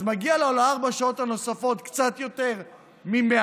אז מגיע לו על ארבע השעות הנוספות קצת יותר מ-100%.